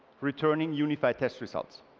returning unified test results.